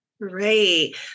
Great